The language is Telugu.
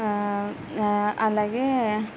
అలాగే